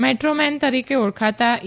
metro man તરીકે ઓળખાતા ઇ